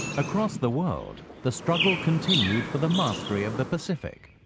across the world, the struggle continued for the mastery of the pacific.